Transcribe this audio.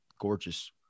gorgeous